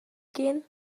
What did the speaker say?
gehen